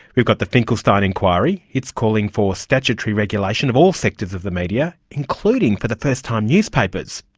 we've got the finkelstein inquiry, it's calling for statutory regulation of all sectors of the media, including, for the first time, newspapers.